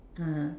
(uh huh)